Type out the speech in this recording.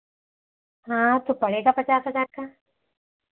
हाँ तो पड़ेगा पचास हज़ार का